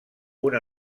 una